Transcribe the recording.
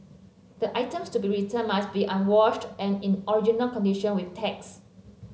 the items to be returned must be unwashed and in original condition with tags